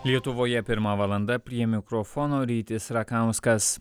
lietuvoje pirma valanda prie mikrofono rytis rakauskas